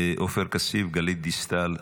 עופר כסיף, גלית דיסטל,